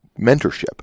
mentorship